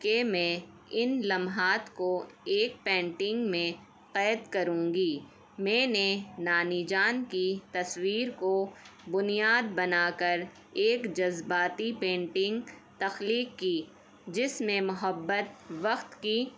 کہ میں ان لمحات کو ایک پینٹنگ میں قید کروں گی میں نے نانی جان کی تصویر کو بنیاد بنا کر ایک جذباتی پینٹنگ تخلیق کی جس میں محبت وقت کی